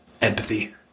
empathy